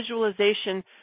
visualization